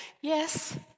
Yes